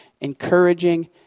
encouraging